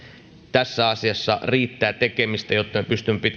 tässä asiassa riittää tekemistä jotta me pystymme pitkällä